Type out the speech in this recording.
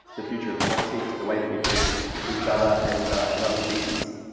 the future of politics, the way that we treat each other and and other species.